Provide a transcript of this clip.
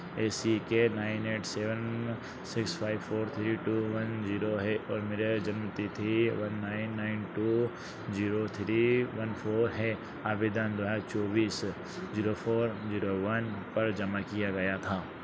ए C K nine eight seven six five four three two one zero है और मेरा जन्म तिथि one nine nine two zero three one four है आवेदन दो हज़ार चौबीस जीरो फोर जीरो वन पर जमा किया गया था